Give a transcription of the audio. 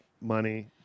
money